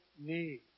need